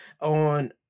on